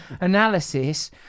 analysis